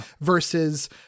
versus